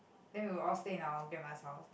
then we all stay in our grandma's house like